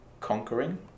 conquering